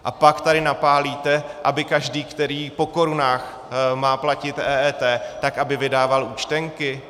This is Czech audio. A pak tady napálíte, aby každý, který po korunách má platit EET, tak aby vydával účtenky?